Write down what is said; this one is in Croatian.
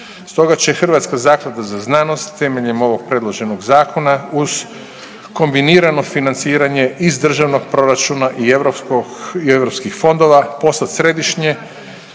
Stoga će Hrvatska zaklada za znanost temeljem ovog predloženog zakona uz kombinirano financiranje iz državnog proračuna i europskih fondova postat središnje